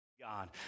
God